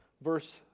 verse